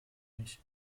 nicht